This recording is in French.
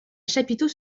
chapiteaux